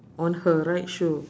on her right shoe